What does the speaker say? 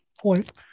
point